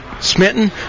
Smitten